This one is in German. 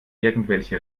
irgendwelche